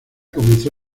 comenzó